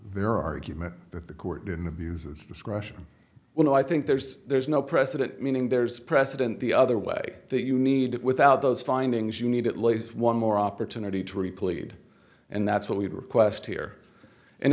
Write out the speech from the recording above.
their argument that the court in the views its discretion when i think there's there's no precedent meaning there's precedent the other way that you need it without those findings you need at least one more opportunity to replayed and that's what we request here in